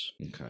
Okay